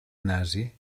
nazi